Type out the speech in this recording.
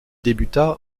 débuta